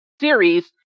series